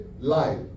life